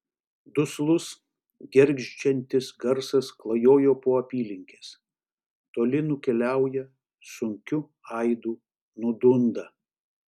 duslus gergždžiantis garsas klajoja po apylinkes toli nukeliauja sunkiu aidu nudunda